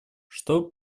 чтобы